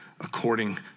according